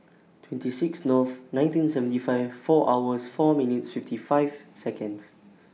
twenty six Nov nineteen seventy five four hours four minutes fifty five Seconds